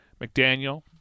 McDaniel